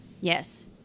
yes